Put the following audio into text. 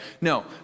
No